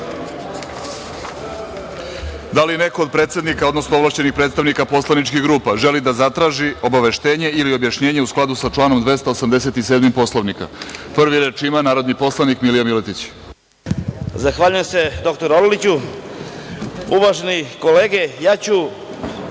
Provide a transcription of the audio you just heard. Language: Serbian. li neko od predsednika, odnosno ovlašćenih predstavnika poslaničkih grupa, želi da zatraži obaveštenje ili objašnjenje, u skladu sa članom 287. Poslovnika? Prvi reč ima narodni poslanik Milija Miletić. **Milija Miletić** Zahvaljujem se dr Orliću. Uvažene kolege, sada